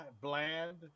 bland